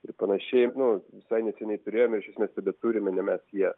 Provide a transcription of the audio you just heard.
ir panašiai nu visai neseniai turėjome iš esmės tebeturime ne mes jie